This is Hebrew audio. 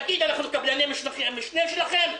תגיד, אנחנו קבלני משנה שלכם?